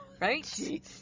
right